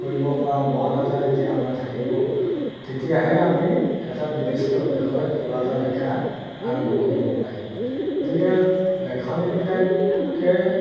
কৰিব পৰা মন এটা যেতিয়া আমাৰ থাকিব তেতিয়াহে আমি এটা নিৰ্দিষ্ট বিষয়ত কিবা এটা লেখা আৰম্ভ কৰিব পাৰিম গতিকে লেখনিবিলাকে